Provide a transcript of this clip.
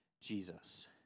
Jesus